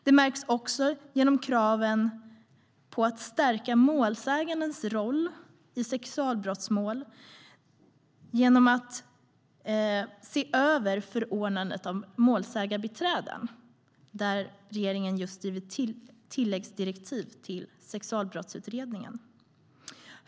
Det märks också genom kraven på att stärka målsägandens roll i sexualbrottsmål genom att se över förordnandet av målsägarbiträden, där regeringen just gett tilläggsdirektiv till Sexualbrottsutredningen.